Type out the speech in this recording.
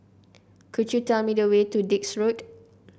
could you tell me the way to Dix Road